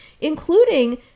including